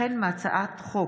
החל בהצעת חוק